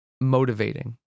motivating